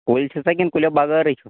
کُلۍ چھِو تۄہہِ کِنہٕ کُلیو بغٲرٕے چھُ